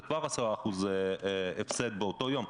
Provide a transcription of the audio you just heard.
זה כבר 10% הפסד באותו יום.